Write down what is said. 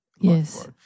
Yes